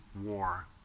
war